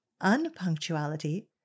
unpunctuality